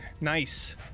Nice